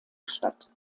statt